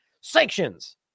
Sanctions